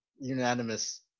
Unanimous